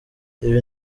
ibi